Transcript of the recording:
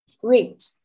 great